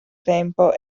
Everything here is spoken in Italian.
tempo